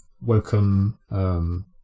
welcome